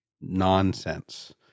nonsense